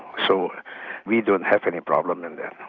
so we don't have any problem in that.